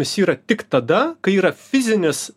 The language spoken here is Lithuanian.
visi yra tik tada kai yra fizinis